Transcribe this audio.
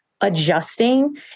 adjusting